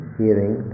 hearing